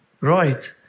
Right